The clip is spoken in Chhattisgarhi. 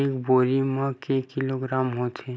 एक बोरी म के किलोग्राम होथे?